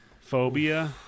phobia